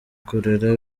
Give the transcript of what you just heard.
kurera